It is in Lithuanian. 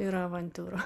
ir avantiūra